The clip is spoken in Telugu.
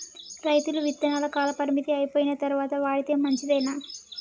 రైతులు విత్తనాల కాలపరిమితి అయిపోయిన తరువాత వాడితే మంచిదేనా?